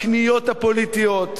בקניות הפוליטיות,